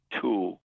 Two